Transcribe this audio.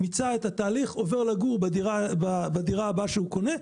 הוא מיצה את התהליך ועובר לגור בדירה הבאה שהוא קונה.